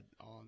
on